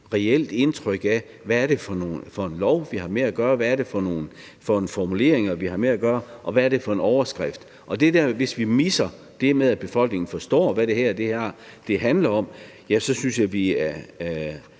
reelt indtryk af, hvad det er for en lov, vi har med at gøre, og hvad det er for nogle formuleringer, vi har med at gøre, og hvad det er for en overskrift. Hvis vi misser det her med, at befolkningen forstår, hvad det er, det her handler om, ja, så synes jeg, at vi